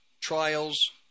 trials